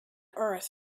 earth